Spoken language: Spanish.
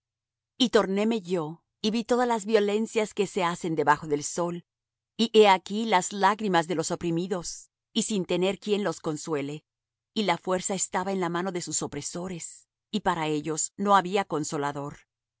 y tornéme yo y vi todas las violencias que se hacen debajo del sol y he aquí las lágrimas de los oprimidos y sin tener quien los consuele y la fuerza estaba en la mano de sus opresores y para ellos no había consolador